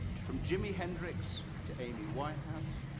from jimi hendrix to amy winehouse,